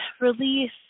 release